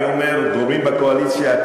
אני אומר לגורמים בקואליציה,